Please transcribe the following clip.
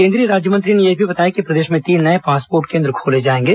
केंद्रीय राज्यमंत्री ने यह भी बताया कि प्रदेश में तीन नये पासपोर्ट केन्द्र खोले जाएंगे